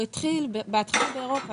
הוא התחיל באירופה,